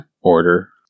Order